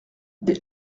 des